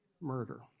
murder